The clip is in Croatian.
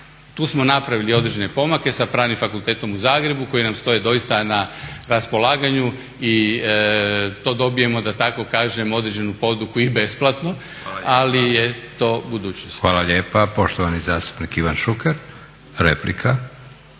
Tu smo napravili određene pomake sa Pravnim fakultetom u Zagrebu koji nam stoji doista na raspolaganju i to dobijemo da tako kažem određenu poduku i besplatnu ali je to budućnost. **Leko, Josip (SDP)** Hvala lijepa. Poštovani zastupnik Ivan Šuker, replika.